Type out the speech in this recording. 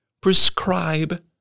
prescribe